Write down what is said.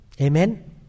Amen